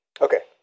Okay